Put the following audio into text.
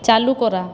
চালু করা